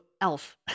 elf